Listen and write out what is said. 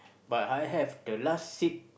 but I have the last seat